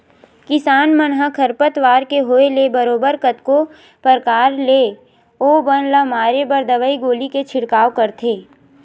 किसान मन ह खरपतवार के होय ले बरोबर कतको परकार ले ओ बन ल मारे बर दवई गोली के छिड़काव करथे